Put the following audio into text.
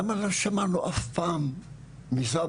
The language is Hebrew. למה לא שמענו אף פעם מסבוש,